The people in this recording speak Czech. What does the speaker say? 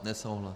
Nesouhlas.